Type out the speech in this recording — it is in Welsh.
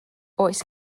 oes